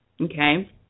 okay